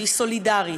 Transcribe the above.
שהיא סולידרית,